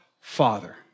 Father